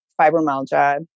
fibromyalgia